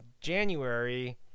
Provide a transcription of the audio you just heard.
January